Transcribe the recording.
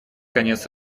конец